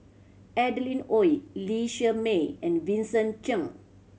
Adeline Ooi Lee Shermay and Vincent Cheng